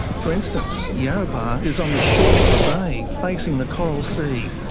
for instance, yarrabah is on the shore of a bay facing the coral sea.